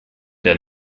der